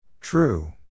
True